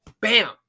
bam